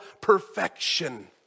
perfection